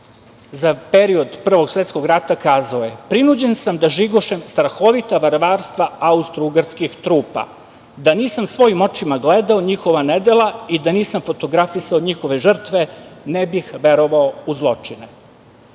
za period Prvog svetskog rata, kazao je - prinuđen sam da žigošem strahovita varvarstva austrougarskih trupa, da nisam svojim očima gledao njihova nedela i da nisam fotografisao njihove žrtve, ne bih verovao u zločine.